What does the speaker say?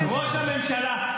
ראש הממשלה.